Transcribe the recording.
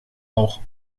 auch